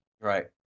Right